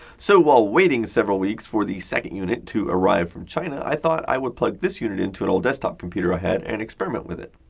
so, while waiting several weeks for the second unit to arrive from china, i thought i would plug this unit into an old desktop computer i had and experiment with it.